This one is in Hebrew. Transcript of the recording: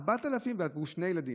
על שני ילדים,